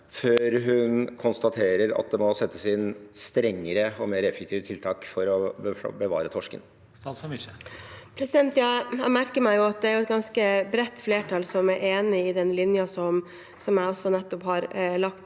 før hun konstaterer at det må settes inn strengere og mer effektive tiltak for å bevare torsken? Statsråd Cecilie Myrseth Jeg merker meg at det er et ganske bredt flertall som er enig i den linjen som jeg nettopp har lagt